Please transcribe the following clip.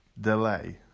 delay